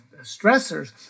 stressors